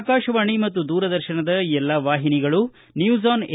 ಆಕಾಶವಾಣಿ ಮತ್ತು ದೂರದರ್ತನದ ಎಲ್ಲಾ ವಾಹಿನಿಗಳು ನ್ನೂಸ್ ಆನ್ ಎ